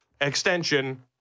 extension